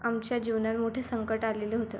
आमच्या जीवनात मोठे संकट आलेलं होतं